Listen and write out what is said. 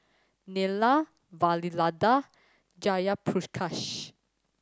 Neila Vavilala Jayaprakash